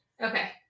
okay